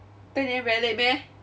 ten A_M very late meh